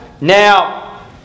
Now